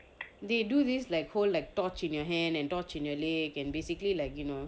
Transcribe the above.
they do this like whole like torch in your hand and torch in leg and basically like you know